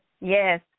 Yes